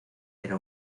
era